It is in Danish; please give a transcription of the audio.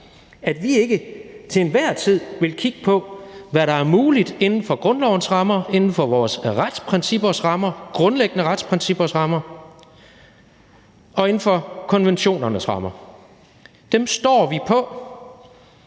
at vi ikke til enhver tid vil kigge på, hvad der er muligt inden for grundlovens rammer, inden for vores grundlæggende retsprincippers rammer og inden for konventionernes rammer. Dem står vi på,